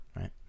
right